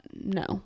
No